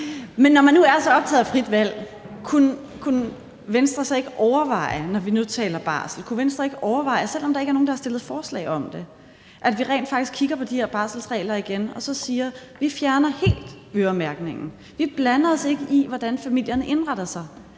Men når man nu er så optaget af frit valg, kunne Venstre så ikke overveje, når vi nu taler barsel – selv om der ikke er nogen, der har fremsat forslag om det – at vi rent faktisk kigger på de her barselsregler igen og så siger: Vi fjerner helt øremærkningen; vi blander os ikke i, hvordan familierne indretter sig?